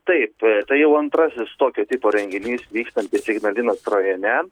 taip tai jau antrasis tokio tipo renginys vykstantis ignalinos rajone